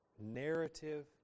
narrative